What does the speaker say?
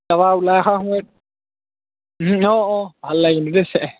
তাৰপৰা ওলাই অহা সময়ত অঁ অঁ ভাল লাগিল কিন্তু দেই চাই